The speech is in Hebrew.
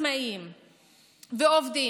עצמאים ועובדים,